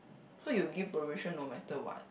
so you'll give probation no matter what